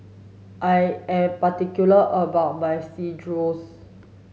I am particular about my Chorizo